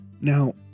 Now